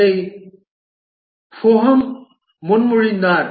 இதை போஹம் முன்மொழிந்தார்